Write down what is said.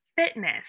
fitness